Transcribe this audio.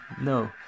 no